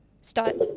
start